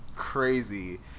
crazy